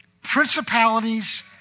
principalities